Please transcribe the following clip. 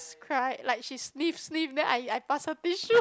cry like she sniff sniff then I I pass her tissue